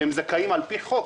הם זכאים על פי חוק.